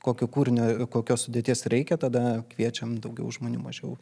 kokio kūrinio kokios sudėties reikia tada kviečiam daugiau žmonių mažiau